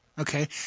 Okay